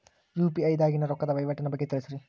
UPI ದಾಗಿನ ರೊಕ್ಕದ ವಹಿವಾಟಿನ ಬಗ್ಗೆ ತಿಳಸ್ರಿ